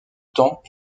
temps